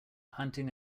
hunting